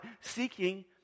seeking